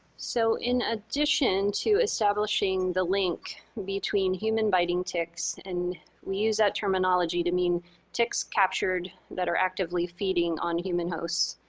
so in addition to establishing the link between human biting ticks, and we use that terminology to mean ticks captured that are actively feeding on human hosts.